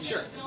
Sure